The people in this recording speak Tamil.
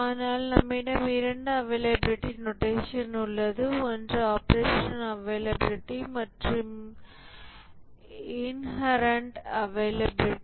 ஆனால் நம்மிடம் இரண்டு அவைலபிலிடி நோடேஷன் உள்ளது ஒன்று ஆப்ரேஷனல் அவைலபிலிடி மற்றும் இன்ஹேரண்ட் அவைலபிலிடி